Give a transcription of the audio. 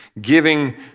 giving